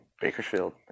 Bakersfield